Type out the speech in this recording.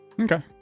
okay